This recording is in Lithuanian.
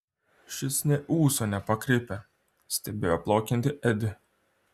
šis nė ūso nepakreipė stebėjo plaukiantį edį